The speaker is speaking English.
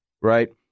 right